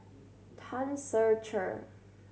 Tan Ser Cher